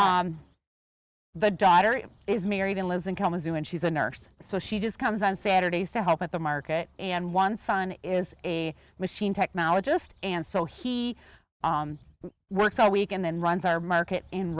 the daughter is married and lives in kalamazoo and she's a nurse so she just comes on saturdays to help with the market and one son is a machine technologist and so he works all week and then runs our market in